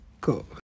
Cool